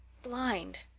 blind!